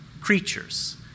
creatures